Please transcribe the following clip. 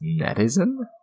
netizen